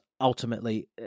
ultimately